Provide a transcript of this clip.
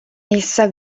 essa